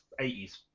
80s